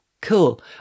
Cool